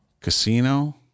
Casino